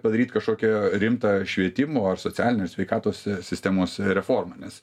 padaryt kažkokią rimtą švietimo ar socialinės sveikatos sistemos reformą nes